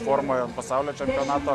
formoj ant pasaulio čempionato